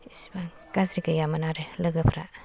इसिबां गाज्रि गैयामोन आरो लोगोफ्रा